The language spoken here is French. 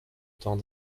temps